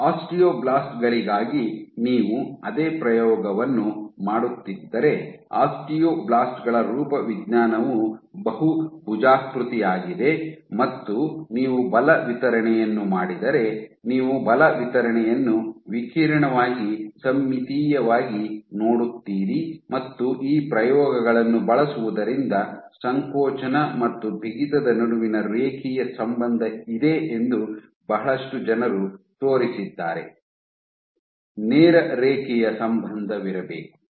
osteoblast ಗಳಿಗಾಗಿ ನೀವು ಅದೇ ಪ್ರಯೋಗವನ್ನು ಮಾಡುತ್ತಿದ್ದರೆ ಆಸ್ಟಿಯೋಬ್ಲಾಸ್ಟ್ ಗಳ ರೂಪವಿಜ್ಞಾನವು ಬಹುಭುಜಾಕೃತಿಯಾಗಿದೆ ಮತ್ತು ನೀವು ಬಲ ವಿತರಣೆಯನ್ನು ಮಾಡಿದರೆ ನೀವು ಬಲ ವಿತರಣೆಯನ್ನು ವಿಕಿರಣವಾಗಿ ಸಮ್ಮಿತೀಯವಾಗಿ ನೋಡುತ್ತೀರಿ ಮತ್ತು ಈ ಪ್ರಯೋಗಗಳನ್ನು ಬಳಸುವುದರಿಂದ ಸಂಕೋಚನ ಮತ್ತು ಬಿಗಿತದ ನಡುವಿನ ರೇಖೀಯ ಸಂಬಂಧ ಇದೆ ಎಂದು ಬಹಳಷ್ಟು ಜನರು ತೋರಿಸಿದ್ದಾರೆ ನೇರ ರೇಖೀಯ ಸಂಬಂಧವಿರಬೇಕು